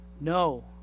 No